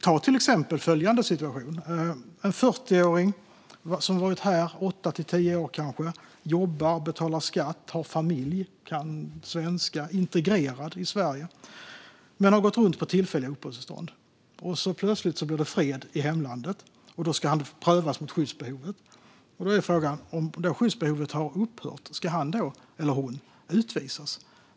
Ta till exempel följande situation: En 40-åring har varit här åtta till tio år, jobbar, betalar skatt, har familj, kan svenska och är integrerad i Sverige, men har gått runt på tillfälliga uppehållstillstånd. Plötsligt blir det fred i hemlandet, och denna person ska prövas mot skyddsbehovet. Då är frågan: Om skyddsbehovet har upphört, ska han eller hon då utvisas?